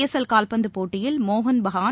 S L கால்பந்தபோட்டியில் Mohun Bagan